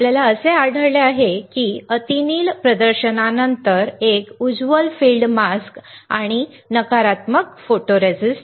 आम्हाला असे आढळेल की अतिनील प्रदर्शना नंतर एक उज्ज्वल फील्ड मास्क आणि नकारात्मक फोटोरेस्टिस्ट